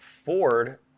Ford